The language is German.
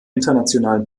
internationalen